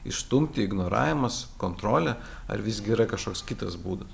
išstumti ignoravimas kontrolė ar visgi yra kažkoks kitas būdas